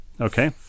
Okay